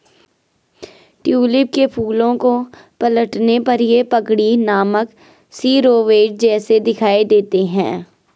tulip के फूलों को पलटने पर ये पगड़ी नामक शिरोवेश जैसे दिखाई देते हैं